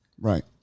Right